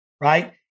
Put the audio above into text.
right